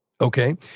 Okay